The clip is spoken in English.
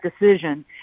decision